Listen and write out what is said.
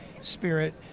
spirit